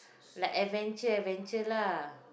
like adventure adventure lah